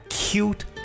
cute